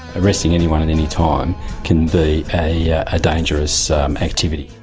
arresting anyone at any time can be a yeah ah dangerous activity.